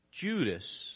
Judas